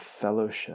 fellowship